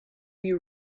you